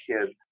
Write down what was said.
kids